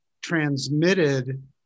transmitted